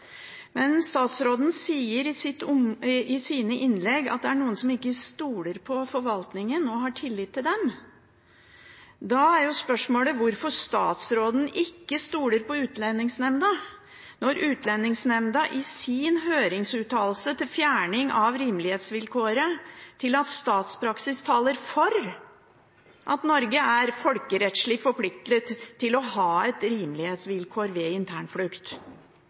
Men statsråden sier i sine innlegg at det er noen som ikke stoler på forvaltningen og ikke har tillit til den. Da er spørsmålet hvorfor statsråden ikke stoler på Utlendingsnemnda, når Utlendingsnemnda i sin høringsuttalelse når det gjelder fjerning av rimelighetsvilkåret, viser til at statspraksis taler for at Norge er folkerettslig forpliktet til å ha et rimelighetsvilkår ved internflukt.